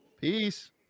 Peace